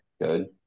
good